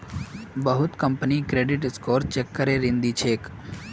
बहुत company credit score check करे ऋण दी छेक